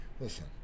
listen